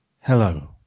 hello